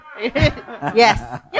Yes